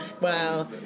Wow